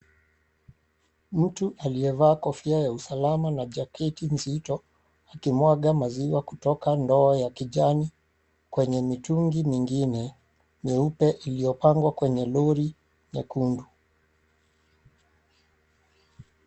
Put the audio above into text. Mtu aliye vaa kofia ya usalama na jacket nzito, akimwaga maziwa kutoka ndoo ya kijani kwenye mitungi mingine nyeupe iliyopangwa kwenye Lori nyekundu.